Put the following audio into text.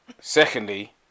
Secondly